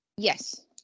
yes